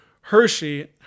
Hershey